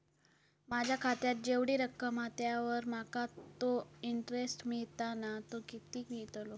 माझ्या खात्यात जेवढी रक्कम हा त्यावर माका तो इंटरेस्ट मिळता ना तो किती मिळतलो?